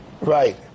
Right